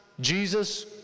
Jesus